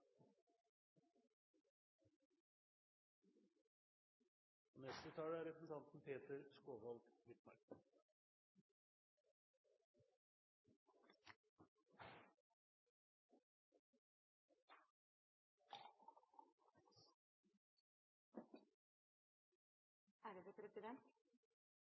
er neste taler representanten Peter